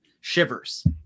Shivers